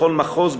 בכל מחוז,